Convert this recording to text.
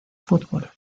fútbol